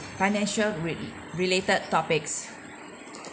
financial ready related topics